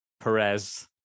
Perez